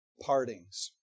partings